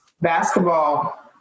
basketball